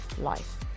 life